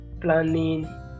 planning